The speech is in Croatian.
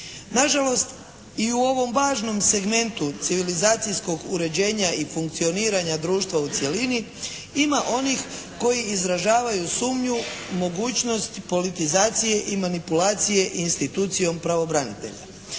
Nažalost i u ovom važnom segmentu civilizacijskog uređenja i funkcioniranja društva u cjelini ima onih koji izražavaju sumnju mogućnost politizacije i manipulacije institucijom pravobranitelja.